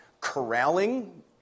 corralling